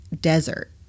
desert